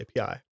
API